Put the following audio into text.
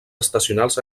estacionals